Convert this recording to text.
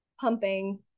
pumping